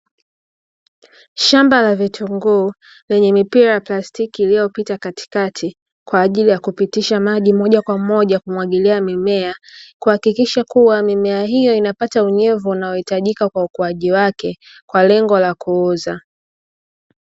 Shamba la vitunguu lina mipira plastiki iliyopita katikati kwa ajili ya kupitisha maji moja kwa moja kumwagilia mimea, kuhakikisha kuwa mimea hiyo inapata unyevu unaohitajika kwa ukuaji wake kwa lengo la kuuza.